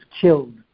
killed